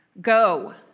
Go